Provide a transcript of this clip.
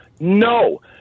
No